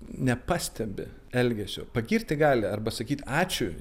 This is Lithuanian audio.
nepastebi elgesio pagirti gali arba sakyti ačiū